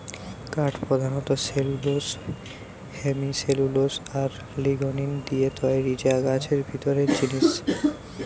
কাঠ পোধানত cellulose, hemicellulose আর লিগনিন দিয়ে তৈরি যা গাছের ভিতরের জিনিস